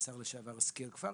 השר לשעבר הזכיר כבר.